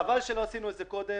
חבל שלא עשינו את זה קודם.